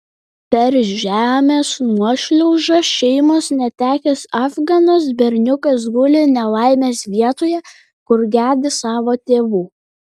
per žemės nuošliaužą šeimos netekęs afganas berniukas guli nelaimės vietoje kur gedi savo tėvų